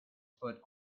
foot